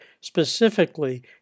specifically